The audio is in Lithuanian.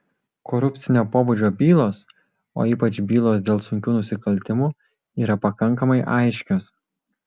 korupcinio pobūdžio bylos o ypač bylos dėl sunkių nusikaltimų yra pakankamai aiškios